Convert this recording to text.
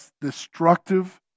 destructive